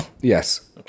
Yes